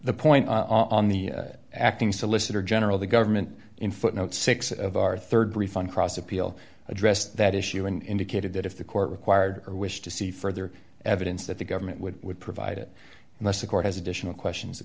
the point on the acting solicitor general the government in footnote six of our rd brief on cross appeal addressed that issue and indicated that if the court required her wish to see further evidence that the government would would provide it unless the court has additional questions the